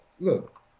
Look